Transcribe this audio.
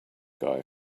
guy